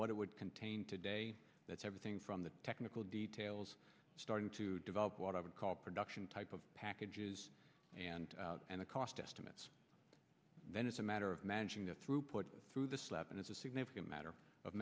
what it would contain today that's everything from the technical details starting to develop what i would call production type of packages and and the cost estimates then it's a matter of managing the throughput through the slab and it's a signal a matter of